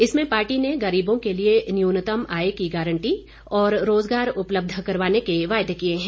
इसमें पार्टी ने गरीबों के लिए न्यूनतम आय की गारंटी और रोजगार उपलब्ध करवाने के वायदे किए हैं